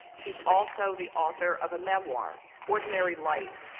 she's also the author of a memoir, ordinary light,